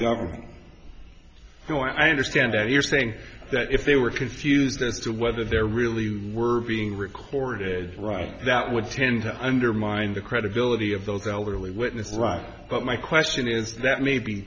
government so i understand that you're saying that if they were confused as to whether they're really being recorded right that would tend to undermine the credibility of those elderly witnesses right but my question is that may be